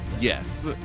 yes